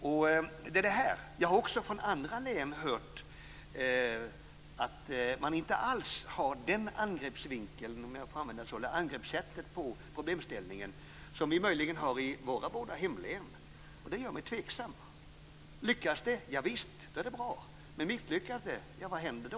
Jag har också från andra län hört att man inte alls har det angreppssättet på problemställningen som man möjligen har haft i våra båda hemlän, och det gör mig tveksam. Lyckas det, då är det bra. Men misslyckas det, ja, vad händer då?